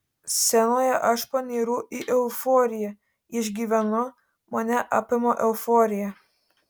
scenoje aš panyru į euforiją išgyvenu mane apima euforija